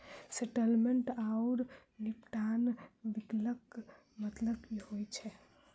Settlement आओर निपटान विकल्पक मतलब की होइत छैक?